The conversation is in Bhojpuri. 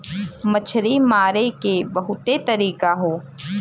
मछरी मारे के बहुते तरीका हौ